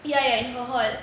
ya ya in her hall